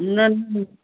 न न न